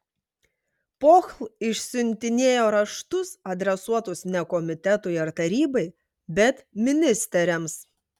pohl išsiuntinėjo raštus adresuotus ne komitetui ar tarybai bet ministeriams